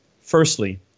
firstly